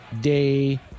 day